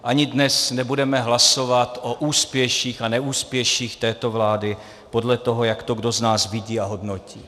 Ani dnes nebudeme hlasovat o úspěších a neúspěších této vlády, podle toho, jak to kdo z nás vidí a hodnotí.